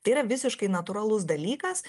tai yra visiškai natūralus dalykas